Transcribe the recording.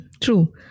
True